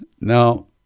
Now